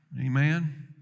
Amen